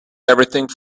everything